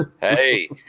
Hey